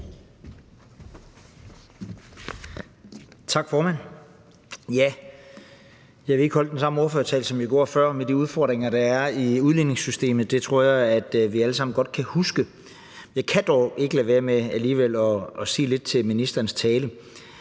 Tak, formand. Jeg vil ikke holde den samme ordførertale, som jeg gjorde før, om de udfordringer, der er i udligningssystemet. Det tror jeg at vi alle sammen godt kan huske. Jeg kan dog alligevel ikke lade være med at sige lidt om ministerens tale,